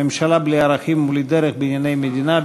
ממשלה בלי ערכים ובלי דרך בענייני מדינה,